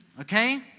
okay